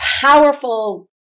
powerful